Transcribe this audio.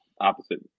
opposite